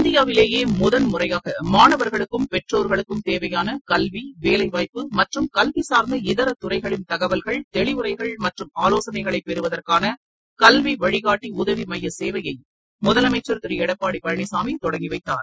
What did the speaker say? இந்தியாவிலேயே முதன்முறையாக மாணவர்களுக்கும் பெற்றோர்களுக்கும் தேவையான கல்வி வேலைவாய்ப்பு மற்றும் கல்வி சார்ந்த இதர துறைகளின் தகவல்கள் தெளிவுரைகள் மற்றும் ஆலோசனைகளை பெறுவதற்கான கல்வி வழிகாட்டி உதவி மைய சேவையை முதலமைச்சர் திரு எடப்பாடி பழனிசாமி தொடங்கி வைத்தார்